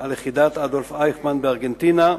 על לכידת אדולף אייכמן בארגנטינה.